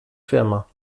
firma